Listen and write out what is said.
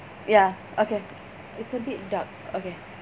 ya okay it's a bit dark okay